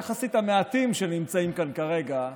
המעטים יחסית שנמצאים כאן כרגע: